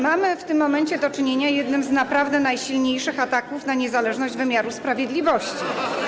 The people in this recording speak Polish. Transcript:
Mamy w tym momencie do czynienia z jednym z naprawdę najsilniejszych ataków na niezależność wymiaru sprawiedliwości.